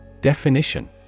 Definition